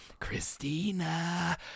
Christina